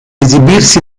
esibirsi